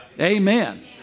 Amen